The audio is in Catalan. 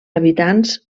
habitants